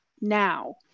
now